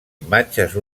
imatges